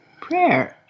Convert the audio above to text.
prayer